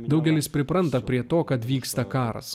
daugelis pripranta prie to kad vyksta karas